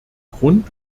grund